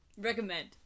Recommend